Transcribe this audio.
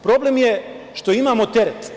Problem je što imamo teret.